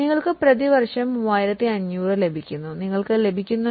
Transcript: നിങ്ങൾക്ക് പ്രതിവർഷം 3500 ലഭിക്കുന്നു